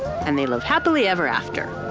and they live happily ever after,